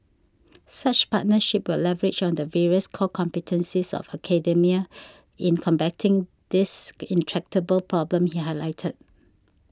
such partnerships will leverage on the various core competencies of academia in combating this intractable problem he highlighted